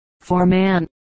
Forman